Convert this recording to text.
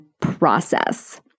process